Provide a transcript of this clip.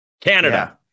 Canada